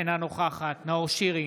אינה נוכחת נאור שירי,